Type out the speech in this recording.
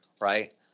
right